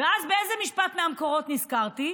ואז באיזה משפט מהמקורות נזכרתי?